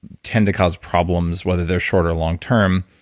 tend to cause problems whether they're short or long term,